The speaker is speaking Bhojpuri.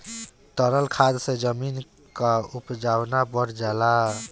तरल खाद से जमीन क उपजाऊपन बढ़ जाला